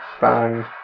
Bang